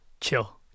chill